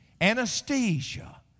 Anesthesia